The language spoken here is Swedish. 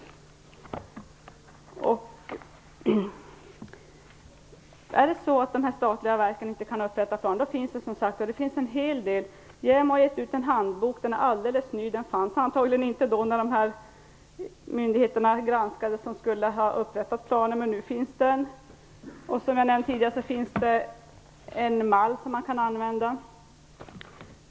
Om det är så att dessa statliga verk inte kan upprätta planer finns det en hel del hjälp att få. JämO har gett ut en handbok, som är alldeles ny. Den fanns antagligen inte när myndigheterna som skulle ha upprättat planer granskades, men nu finns den. Som jag nämnde tidigare finns också en mall som man kan använda.